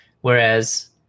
Whereas